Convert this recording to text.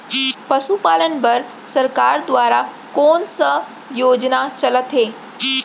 पशुपालन बर सरकार दुवारा कोन स योजना चलत हे?